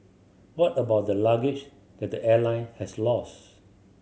what about the luggage that the airline has lost